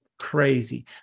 crazy